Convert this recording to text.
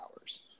hours